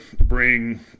bring